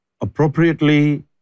appropriately